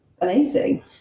amazing